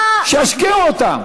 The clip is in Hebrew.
שישקיעו אותם.